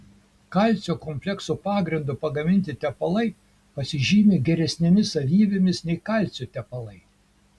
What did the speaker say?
kalcio kompleksų pagrindu pagaminti tepalai pasižymi geresnėmis savybėmis nei kalcio tepalai